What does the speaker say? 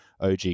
og